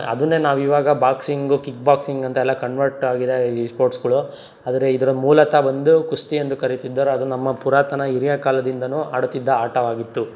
ಅದನ್ನೇ ನಾವಿವಾಗ boxing kick ಬಾಕ್ಸಿಂಗಂತೆಲ್ಲ ಕನ್ವರ್ಟಾಗಿದೆ ಈ ಸ್ಪೋರ್ಟ್ಸ್ಗಳು ಆದರೆ ಇದರ ಮೂಲತಃ ಬಂದು ಕುಸ್ತಿ ಎಂದು ಕರೆಯುತ್ತಿದ್ದರು ಅದು ನಮ್ಮ ಪುರಾತನ ಹಿರಿಯ ಕಾಲದಿಂದನೂ ಆಡುತ್ತಿದ್ದ ಆಟವಾಗಿತ್ತು